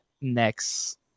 next